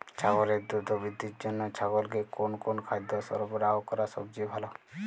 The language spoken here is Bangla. ছাগলের দ্রুত বৃদ্ধির জন্য ছাগলকে কোন কোন খাদ্য সরবরাহ করা সবচেয়ে ভালো?